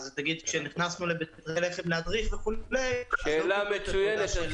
אז נגיד, כשנכנסנו להדריך וכו' --- שאלה מצוינת.